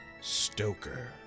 Stoker